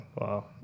Wow